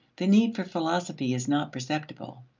the need for philosophy is not perceptible.